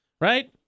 Right